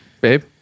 Babe